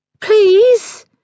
Please